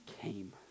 came